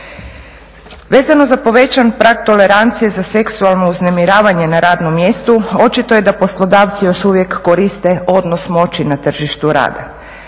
Vezano za povećan prag tolerancije za seksualno uznemiravanje na radnom mjestu očito je da poslodavci još uvijek koriste odnos moći na tržištu rada.